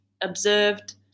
observed